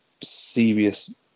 serious